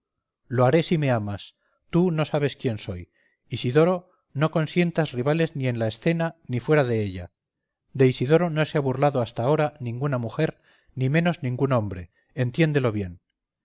lo haré si me amas tú no sabes quién soy isidoro no consientas rivales ni en la escena ni fuera de ella de isidoro no se ha burlado hasta ahora ninguna mujer ni menos ningún hombre entiéndelo bien